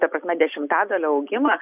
ta prasme dešimtadaliu augimą